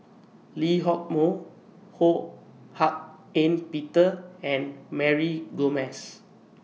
Lee Hock Moh Ho Hak Ean Peter and Mary Gomes